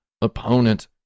opponent